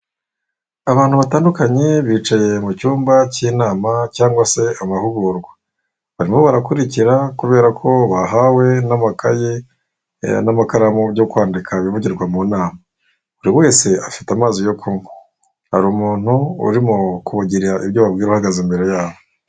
Abantu batandukanye bicaye mu cyumba cy'inama cyangwa se abahugurwa, barimo barakurikira kubera ko bahawe n'amakaye n'amakaramu byo kwandika ibimugirwa mu nama. Buri wese afite amazi yo kunywa, hari umuntu urimo kugira ibyo ababwira ugazaze imbere yabo.